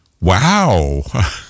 Wow